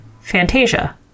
Fantasia